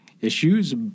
issues